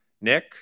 nick